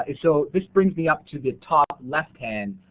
ah so this brings me up to the top left hand,